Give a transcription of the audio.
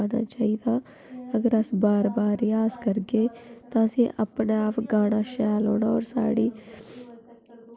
ते लोग मनदे न एह्दे कारण बी साढ़े एरिये च टूॅरीजम गी बड़वा मिलदा ऐ